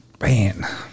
Man